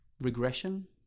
regression